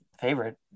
favorite